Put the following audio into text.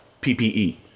PPE